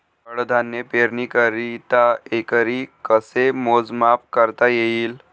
कडधान्य पेरणीकरिता एकरी कसे मोजमाप करता येईल?